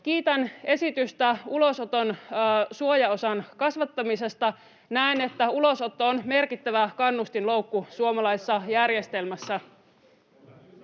kiitän esitystä ulosoton suojaosan kasvattamisesta. Näen, että ulosotto on merkittävä kannustinloukku suomalaisessa järjestelmässä.